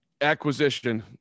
acquisition